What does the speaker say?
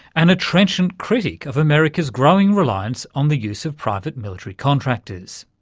and a trenchant critic of america's growing reliance on the use of private military contractors.